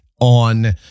on